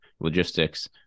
logistics